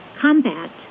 combat